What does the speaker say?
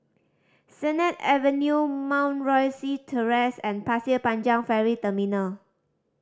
Sennett Avenue Mount Rosie Terrace and Pasir Panjang Ferry Terminal